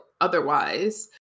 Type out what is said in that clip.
otherwise